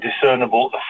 discernible